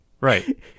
right